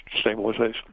Stabilization